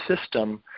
system